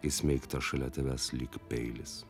įsmeigta šalia tavęs lyg peilis